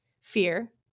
fear